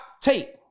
tape